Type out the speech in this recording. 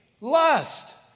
lust